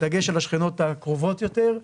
בדגש על השכנות הקרובות יותר,